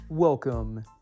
Welcome